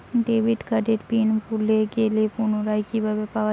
Debit কার্ডের pin ভুলে গেলে পুনরায় কিভাবে পাওয়া য়ায়?